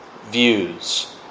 views